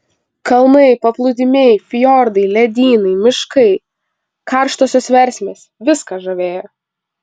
kalnai paplūdimiai fjordai ledynai miškai karštosios versmės viskas žavėjo